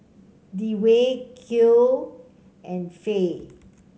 Dewey Kiel and Fae